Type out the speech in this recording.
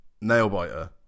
nail-biter